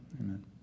amen